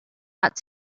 ought